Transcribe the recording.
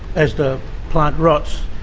as the plant rots,